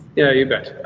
yeah, you bet.